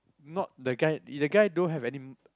not the guy is the guy don't have any m~